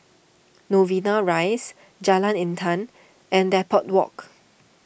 Novena Rise Jalan Intan and Depot Walk